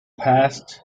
passed